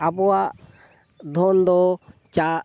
ᱟᱵᱚᱣᱟᱜ ᱫᱷᱚᱱ ᱫᱚ ᱪᱟ